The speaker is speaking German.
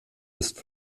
ist